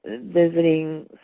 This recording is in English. visiting